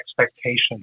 expectations